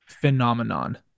phenomenon